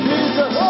Jesus